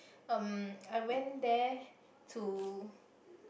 um I went there to